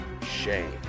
Shame